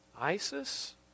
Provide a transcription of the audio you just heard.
ISIS